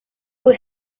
was